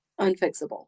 unfixable